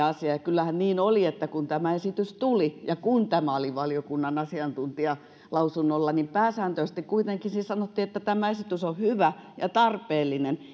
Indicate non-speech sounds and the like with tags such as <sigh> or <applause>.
<unintelligible> asia kyllähän niin oli että kun tämä esitys tuli ja kun tämä oli valiokunnan asiantuntijalausunnolla niin pääsääntöisesti kuitenkin siinä sanottiin että tämä esitys on hyvä ja tarpeellinen <unintelligible>